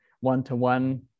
one-to-one